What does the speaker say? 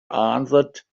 answered